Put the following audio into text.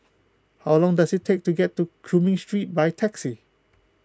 how long does it take to get to Cumming Street by taxi